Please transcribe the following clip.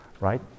right